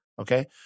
okay